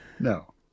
No